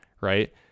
right